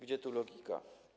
Gdzie tu logika?